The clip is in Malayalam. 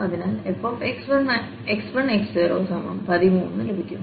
അതിനാൽ fx1x013 ലഭിക്കുന്നു